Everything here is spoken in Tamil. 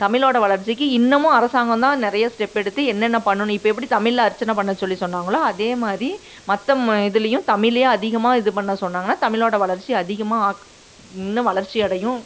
தமிழோடய வளர்ச்சிக்கு இன்னமும் அரசாங்கம் தான் நிறைய ஸ்டெப்பெடுத்து என்னென்ன பண்ணணும் இப்போ எப்படி தமிழில் அர்ச்சனை பண்ண சொல்லி சொன்னாங்களோ அதேமாதிரி மற்ற ம இதுலேயும் தமிழே அதிகமாக இது பண்ண சொன்னாங்கனால் தமிழோடய வளர்ச்சி அதிகமாக ஆக் இன்னும் வளர்ச்சி அடையும்